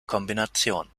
kombination